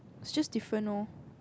it's just different loh